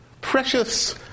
Precious